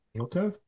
Okay